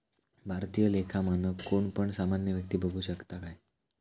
भारतीय लेखा मानक कोण पण सामान्य व्यक्ती बघु शकता काय?